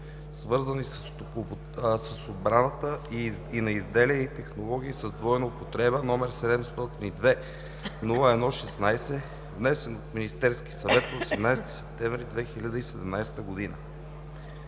свързани с отбраната, и на изделия и технологии с двойна употреба, № 702-01-16, внесен от Министерския съвет на 18 септември 2017 г.